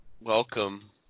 Welcome